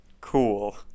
Cool